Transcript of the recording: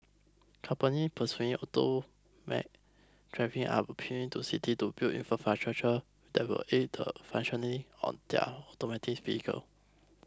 companies pursuing automated driving are appealing to cities to build infrastructure that will aid the functioning of their autonomous vehicles